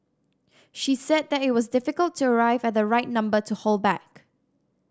she said that it was difficult to arrive at the right number to hold back